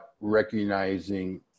recognizing